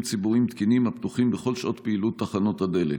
ציבוריים תקינים הפתוחים בכל שעות פעילות תחנות הדלק.